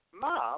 Mom